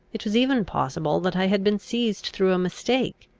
it was even possible that i had been seized through a mistake,